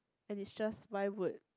and is just why would